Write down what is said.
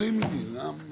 למה את עוזרים לי, למה?